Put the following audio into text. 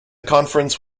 conference